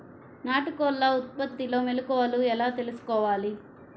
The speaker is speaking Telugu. నాటుకోళ్ల ఉత్పత్తిలో మెలుకువలు ఎలా తెలుసుకోవాలి?